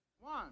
One